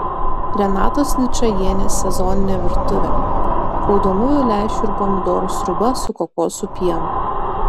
renatos ničajienės sezoninė virtuvė raudonųjų lęšių ir pomidorų sriuba su kokosų pienu